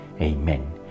amen